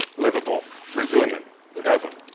liveable, resilient who doesn't?